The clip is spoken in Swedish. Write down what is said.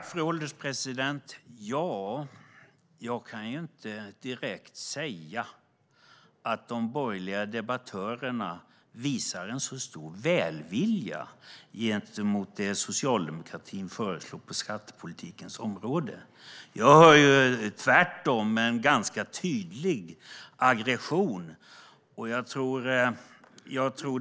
Fru ålderspresident! Jag kan inte direkt säga att de borgerliga debattörerna visar en så stor välvilja gentemot det som socialdemokratin föreslår på skattepolitikens område. Jag hör tvärtom en ganska tydlig aggression.